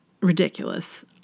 ridiculous